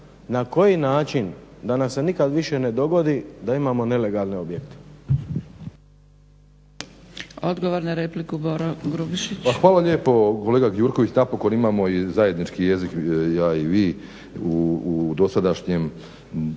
na koji način da nam se više nikada ne dogodi da imamo nelegalne objekte.